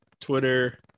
Twitter